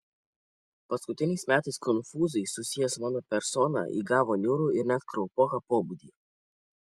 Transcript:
paskutiniais metais konfūzai susiję su mano persona įgavo niūrų ir net kraupoką pobūdį